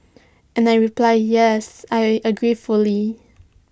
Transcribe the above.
and I reply yes I agree fully